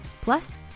Plus